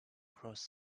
cross